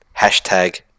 hashtag